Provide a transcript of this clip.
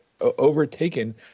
overtaken